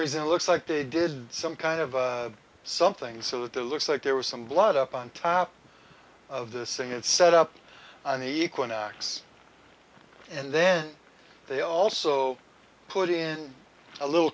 reason it looks like they did some kind of something so that their looks like there was some blood up on top of the scene and set up on the equinox and then they also put in a little